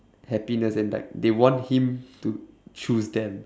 happiness and like they want him to choose them